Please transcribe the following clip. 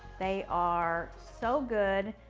they are so good.